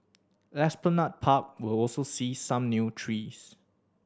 Esplanade Park will also see some new trees